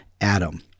Adam